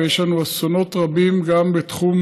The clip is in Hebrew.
ויש לנו אסונות רבים גם בתחום